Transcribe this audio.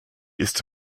ist